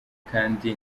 kandi